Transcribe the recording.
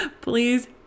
please